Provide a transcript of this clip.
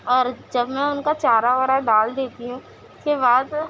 اور جب میں ان کا چارہ وارہ ڈال دیتی ہوں اس کے بعد